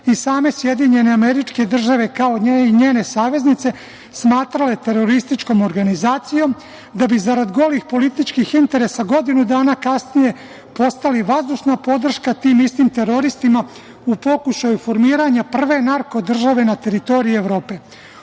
1998. godine i same SAD, kao njene saveznice, smatrale terorističkom organizacijom, da bi zarad golih političkih interesa godinu dana kasnije postali vazdušna podrška tim istim teroristima u pokušaju formiranja prve narko-države na teritoriji Evrope.